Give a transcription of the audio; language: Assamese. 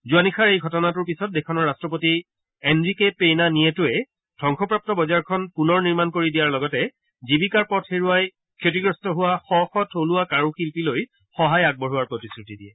যোৱা নিশাৰ এই ঘটনাটোৰ পিছত দেশখনৰ ৰাট্টপতি এনৰিকে পেনা নিয়েটোৱে ধবংসপ্ৰাপ্ত বজাৰখন পুনৰ নিৰ্মাণ কৰি দিয়াৰ লগতে জীৱিকাৰ পথ হেৰুৱাই ক্ষতিগ্ৰস্ত হোৱা শ শ থলুৱা কাৰুশিল্পীলৈ সহায় আগবঢ়োৱাৰ প্ৰতিগ্ৰুতি দিয়ে